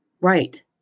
Right